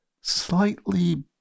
slightly